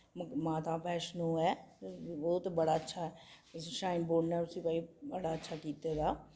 माता बैशनो ऐ ओ ते बड़ा अच्छा श्राइन बोर्ड ने उसी भई बड़ा अच्छा कीते दा